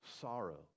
sorrow